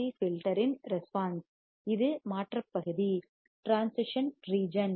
C filter in response இது மாற்றப்பகுதி transition region